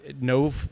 no